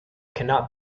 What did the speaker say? cannot